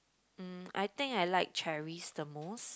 mm I think I like cherries the most